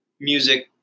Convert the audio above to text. music